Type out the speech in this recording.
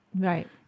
Right